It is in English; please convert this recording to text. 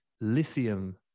lithium